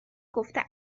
گفته